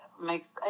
makes